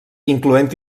incloent